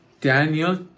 Daniel